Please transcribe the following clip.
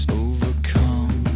overcome